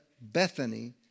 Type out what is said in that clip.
Bethany